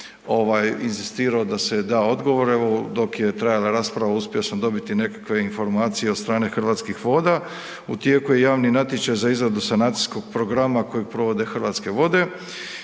inzistirao da se da odgovor, evo dok je trajala rasprava uspio sam dobiti nekakve informacije od strane Hrvatskih voda. U tijeku je javni natječaj za izradu sanacijskog programa kojeg provode Hrvatske vode.